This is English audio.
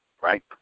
right